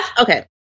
Okay